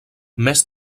més